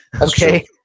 Okay